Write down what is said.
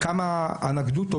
וכמה אנקדוטות,